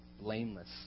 blameless